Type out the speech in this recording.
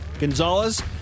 Gonzalez